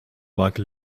maken